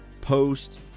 post